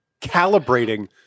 calibrating